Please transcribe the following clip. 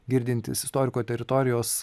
girdintis istoriko teritorijos